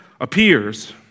appears